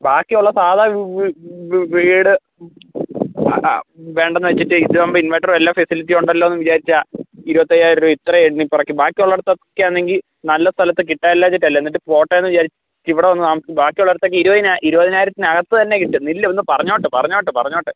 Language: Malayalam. ബാക്കിയുള്ള സാധാരണ വീട് വീട് വീട് അ അ വേണ്ടാന്ന് വെച്ചിട്ട് ഇതാവുമ്പോൾ ഇൻവെർട്ടറും എല്ലാ ഫെസിലിറ്റിയുണ്ടല്ലോന്ന് വിചാരിച്ചാണ് ഇരുപത്തയ്യായിരം രൂപ ഇത്രയും എണ്ണി പെറുക്കി ബാക്കിയിള്ളേടത്തൊക്കെയാണെങ്കിൽ നല്ല സ്ഥലത്ത് കിട്ടാനില്ലാഞ്ഞിട്ടല്ല എന്നിട്ടും പോട്ടെന്ന് വിചാരിച്ച് ഇവിടെ വന്ന് താമസിക്കുന്നത് ബാക്കി ഉള്ളെടുത്തെല്ലാം ഇരുപതിനായിരം ഇരുപതിനായിരത്തിനകത്ത് തന്നെ കിട്ടും നില്ല് ഒന്ന് പറഞ്ഞോട്ട് പറഞ്ഞോട്ട് പറഞ്ഞോട്ട്